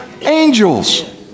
angels